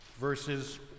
verses